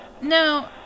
No